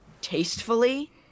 tastefully